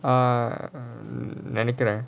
err நெனைக்கிறேன்:nenaikkiraen